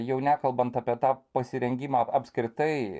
jau nekalbant apie tą pasirengimą apskritai